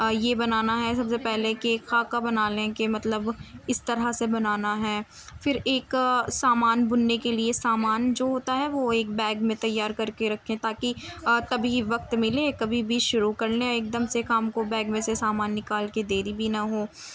یہ بنانا ہے سب سے پہلے کہ خاکہ بنا لیں کے مطلب اس طرح سے بنانا ہے پھر ایک سامان بننے کے لیے سامان جو ہوتا ہے وہ ایک بیگ میں تیار کر کے رکھیں تاکہ کبھی وقت ملے کبھی بھی شروع کر لیں ایک دم سے کام کو بیگ میں سے سامان نکال کے دیری بھی نہ ہو